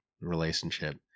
relationship